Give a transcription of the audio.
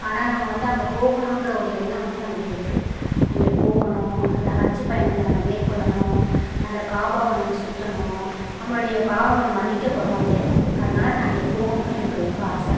ஆனால் நம்ம வந்து அங்கே போகணுங்கிற ஒரு எண்ணம் வந்து நமக்கு இருக்குது அங்கே போகணும் அந்த ஹஜ்ஜி பயணத்தை நம்ம மேற்கொள்ளனும் அந்த காபாவ நம்ம சுற்றணும் நம்மளுடைய பாவங்கள் மன்னிக்கபடும் அங்கே அதனால நான் அங்கே போகணுன்னு எனக்கு ரொம்ப ஆசை